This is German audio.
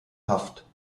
haft